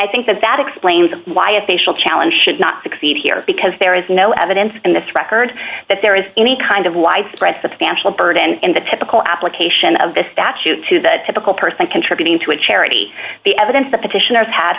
i think that that explains why a facial challenge should not succeed here because there is no evidence in the thread heard that there is any kind of widespread the national bird and the typical application of this statute to that typical person contributing to a charity the evidence the petitioners had